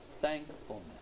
thankfulness